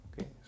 okay